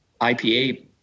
ipa